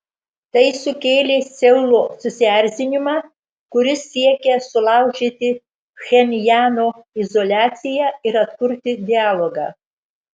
tai sukėlė seulo susierzinimą kuris siekia sulaužyti pchenjano izoliaciją ir atkurti dialogą